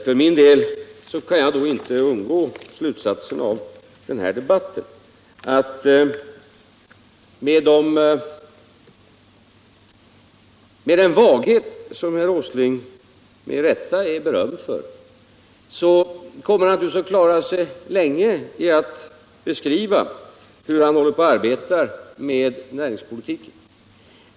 Jag kan inte för min del undgå att dra slutsatser av denna debatt. Med den vaghet som herr Åsling med rätta är berömd för kommer han att klara sig länge genom att beskriva hur han arbetar med näringspolitiken.